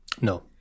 No